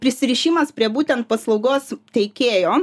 prisirišimas prie būtent paslaugos teikėjo